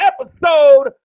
episode